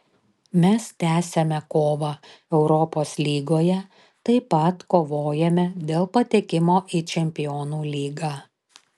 mes tęsiame kovą europos lygoje taip pat kovojame dėl patekimo į čempionų lygą